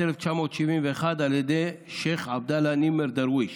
1971 על ידי שייח' עבדאללה נימר דרוויש.